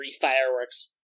fireworks